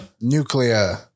Nuclear